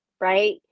right